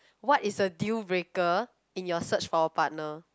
what is a deal breaker in your search for your partner